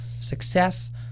success